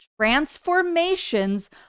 transformations